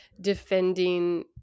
defending